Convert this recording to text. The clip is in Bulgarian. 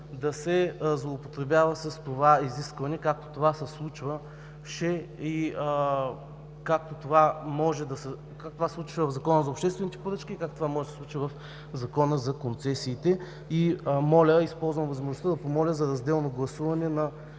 да се злоупотребява с това изискване, както това се случваше в Закона за обществените поръчки и както това може да се случи в Закона за концесиите. Използвам възможността да помоля за разделно гласуване на